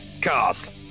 cast